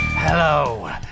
Hello